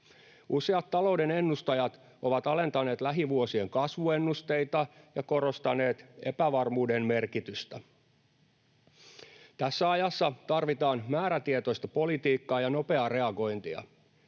Useat talouden ennustajat ovat alentaneet lähivuosien kasvuennusteita ja korostaneet epävarmuuden merkitystä. Tässä ajassa tarvitaan määrätietoista politiikkaa ja nopeaa reagointia.